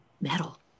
metal